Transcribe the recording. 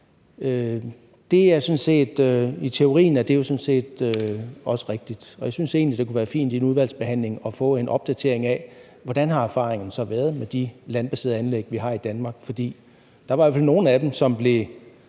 det jo sådan set også rigtigt. Og jeg synes egentlig, at det kunne være fint i en udvalgsbehandling at få en opdatering af, hvordan erfaringen så har været med de landbaserede anlæg, vi har i Danmark. For der var i hvert fald nogle af dem, som fik